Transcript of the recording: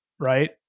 right